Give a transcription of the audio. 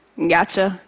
Gotcha